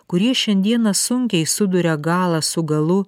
kurie šiandieną sunkiai suduria galą su galu